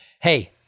Hey